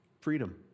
freedom